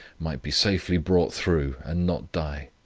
might be safely brought through and not die.